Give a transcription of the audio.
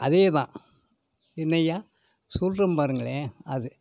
அதேதான் என்னய்யா சொல்கிறேன் பாருங்களேன் அது